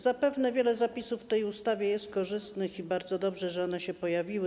Zapewne wiele zapisów w tej ustawie jest korzystnych i bardzo dobrze, że one się pojawiły.